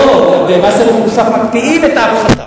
לא, במס ערך מוסף מקפיאים את ההפחתה.